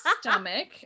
stomach